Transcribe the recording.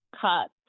cut